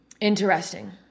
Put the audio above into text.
interesting